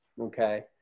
okay